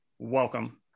welcome